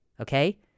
Okay